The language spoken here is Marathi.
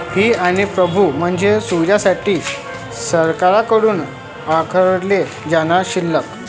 फी आणि प्रभावी म्हणजे सुविधांसाठी सरकारकडून आकारले जाणारे शुल्क